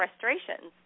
frustrations